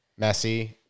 Messi